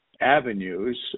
avenues